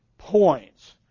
points